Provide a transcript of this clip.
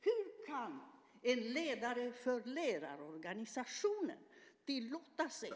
Hur kan en ledare för en lärarorganisation tillåta sig .